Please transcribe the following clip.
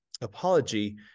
apology